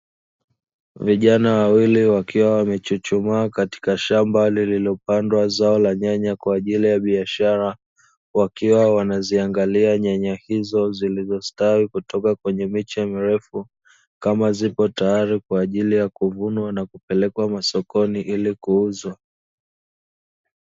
Vijana wawili wakiwa wamechuchumaa katika shamba lililopandwa zao la nyanya kwa ajili ya biashara, wakiwa wanaziangalia nyanya hizo zilizostawi kutoka kwenye miche mirefu, kama zipo tayari kwa ajili ya kuvunwa na kupelekwa masokoni ili kuuzwa.